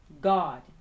God